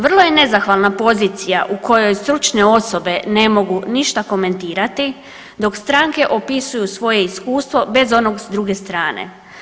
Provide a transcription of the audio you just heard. Vrlo je nezahvalna pozicija u kojoj stručne osobe ne mogu ništa komentirati dok stranke opisuju svoje iskustvo bez onog s druge strane.